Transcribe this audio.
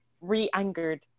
re-angered